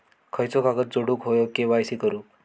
खयचो कागद जोडुक होयो के.वाय.सी करूक?